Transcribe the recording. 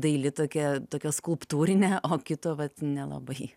daili tokia tokia skulptūrinė o kito vat nelabai